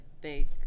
big